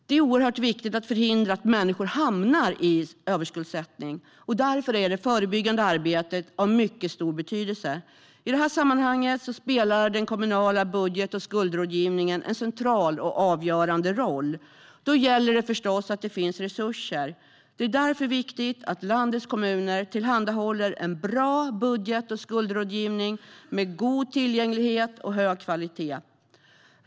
Det är oerhört viktigt att förhindra att människor hamnar i överskuldsättning, och därför är det förebyggande arbetet av mycket stor betydelse. I detta sammanhang spelar den kommunala budget och skuldrådgivningen en central och avgörande roll. Då gäller det förstås att det finns resurser. Det är därför viktigt att landets kommuner tillhandahåller en bra budget och skuldrådgivning med god tillgänglighet och hög kvalitet.